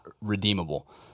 redeemable